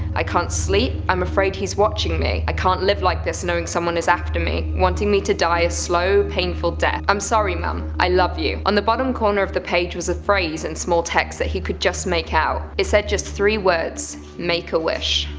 i can't sleep, i'm afraid he's watching me. i can't live like this knowing someone is after me, wanting me to die a slow, painful death, i'm sorry mum, i love you. on that bottom corner of the page was a phrase in small text that he could just make out, it said just three words make a wish.